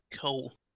Cool